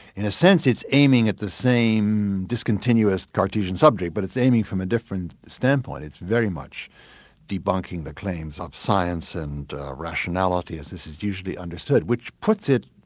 in a sense it's aiming at the same discontinuous cartesian subject but it's aiming from a different standpoint it's very much debunking the claims of science and rationality as this is usually which puts it,